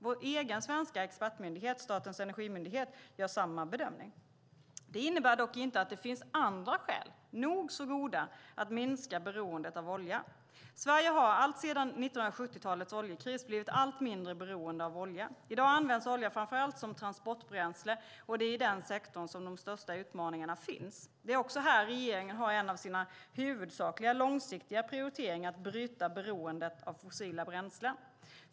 Vår egen svenska expertmyndighet, Statens energimyndighet, gör samma bedömning. Det innebär dock inte att det inte finns andra skäl, nog så goda, att minska beroendet av olja. Sverige har alltsedan 1970-talets oljekris blivit allt mindre beroende av olja. I dag används olja framför allt som transportbränsle, och det är i den sektorn som de största utmaningarna finns. Det är också här som regeringen har en av sina huvudsakliga långsiktiga prioriteringar, att bryta beroendet av fossila bränslen.